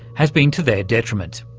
has been to their detriment.